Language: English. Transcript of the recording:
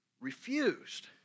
refused